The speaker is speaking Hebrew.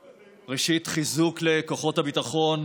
ראשית, חיזוק לכוחות הביטחון